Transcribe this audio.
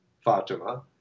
Fatima